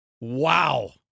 Wow